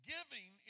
Giving